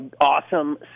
awesome